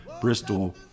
Bristol